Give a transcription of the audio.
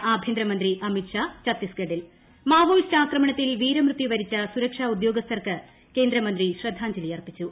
കേന്ദ്ര ആഭ്യന്തരമന്ത്രി അമിത് ഷാ ഛത്തീസ്ഗഡിൽ മാവോയിസ്റ് ആക്രമണത്തിൽ വീരമൃത്യുവരിച്ച സുരക്ഷാ ഉദ്യോഗസ്ഥർക്ക് കേന്ദ്രമന്ത്രി ശ്രദ്ധാജ്ഞലി അർപ്പിച്ചു